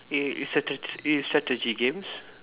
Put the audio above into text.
it is strategy it is strategy games